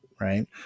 right